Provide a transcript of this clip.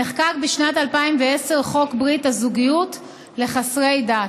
נחקק בשנת 2010 חוק ברית הזוגיות לחסרי דת.